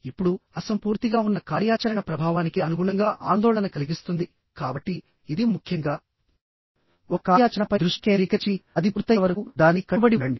ఇప్పుడు అసంపూర్తిగా ఉన్న కార్యాచరణ ప్రభావానికి అనుగుణంగా ఆందోళన కలిగిస్తుంది కాబట్టి ఇది ముఖ్యంగా ఒక కార్యాచరణ పై దృష్టి కేంద్రీకరించి అది పూర్తయ్యే వరకు దానికి కట్టుబడి ఉండండి